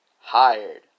hired